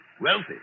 Wealthy